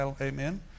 Amen